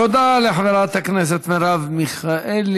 תודה לחברת הכנסת מרב מיכאלי.